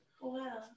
wow